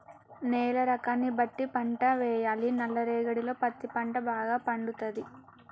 నేల రకాన్ని బట్టి పంట వేయాలి నల్ల రేగడిలో పత్తి పంట భాగ పండుతది